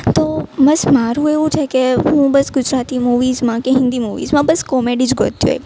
તો બસ મારું એવું છે કે હું બસ ગુજરાતી મુવીઝમાં કે હિન્દી મુવીઝમાં બસ કોમેડી જ ગોતતી હોય